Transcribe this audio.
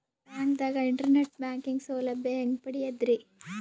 ಬ್ಯಾಂಕ್ದಾಗ internet banking ಸೌಲಭ್ಯ ಹೆಂಗ್ ಪಡಿಯದ್ರಿ?